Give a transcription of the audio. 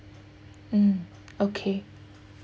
mm okay